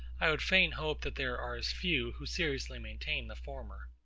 i would fain hope that there are as few who seriously maintain the former.